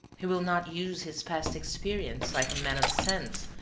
he will not use his past experience, like a man of sense,